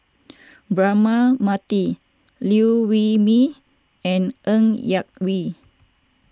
Braema Mathi Liew Wee Mee and Ng Yak Whee